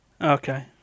Okay